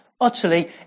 utterly